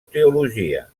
teologia